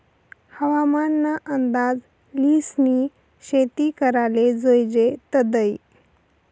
हवामान ना अंदाज ल्हिसनी शेती कराले जोयजे तदय